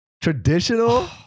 traditional